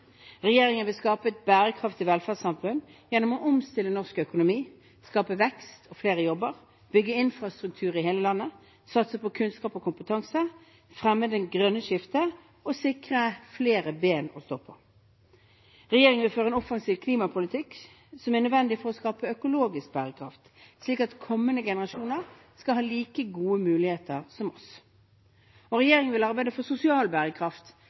Regjeringen vil skape et bærekraftig velferdssamfunn gjennom å omstille norsk økonomi, skape vekst og flere jobber, bygge infrastruktur i hele landet, satse på kunnskap og kompetanse, fremme det grønne skiftet og sikre flere ben å stå på. Regjeringen vil føre en offensiv klimapolitikk, som er nødvendig for å skape økologisk bærekraft, slik at kommende generasjoner skal ha like gode muligheter som oss. Regjeringen vil arbeide for